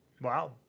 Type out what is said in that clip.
Wow